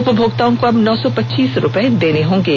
उपभोक्ताओं को अब नौ सौ पचीस रूपये देने होंगे